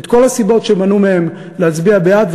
את כל הסיבות שמנעו מהם להצביע בעד,